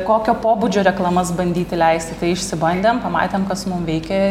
kokio pobūdžio reklamas bandyti leisti tai išsibandėm pamatėm kas mum veikia